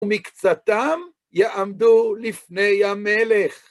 ומקצתם יעמדו לפני המלך.